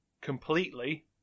completely